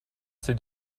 sind